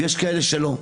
ויש כאלה שלא.